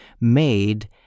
made